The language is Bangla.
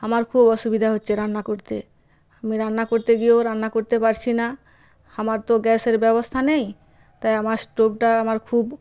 আমার খুব অসুবিধা হচ্ছে রান্না করতে আমি রান্না করতে গিয়েও রান্না করতে পারছি না আমার তো গ্যাসের ব্যবস্থা নেই তাই আমার স্টোভটা আমার খুব